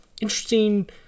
interesting